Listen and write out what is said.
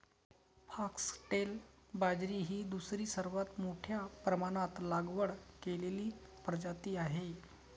foxtail बाजरी ही दुसरी सर्वात मोठ्या प्रमाणात लागवड केलेली प्रजाती आहे